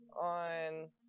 on